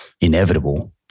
inevitable